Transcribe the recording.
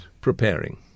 preparing